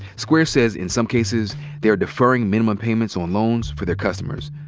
square says in some cases they're deferring minimum payments on loans for their customers.